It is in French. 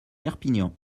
perpignan